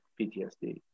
PTSD